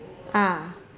ah